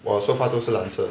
我的 so far 都是蓝色